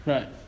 Right